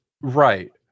Right